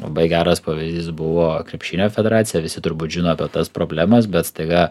labai geras pavyzdys buvo krepšinio federacija visi turbūt žino apie tas problemas bet staiga